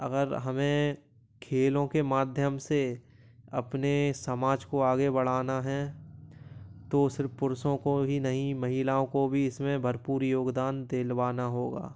अगर हमें खेलों के माध्यम से अपने समाज को आगे बढ़ना हैं तो सिर्फ़ पुरुषों को ही नहीं महिलाओं को भी इसमें भरपूर योगदान दिलवाना होगा